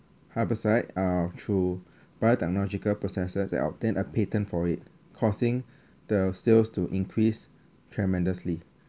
harvest side uh through biotechnological processes that obtain a patent for it causing the sales to increase tremendously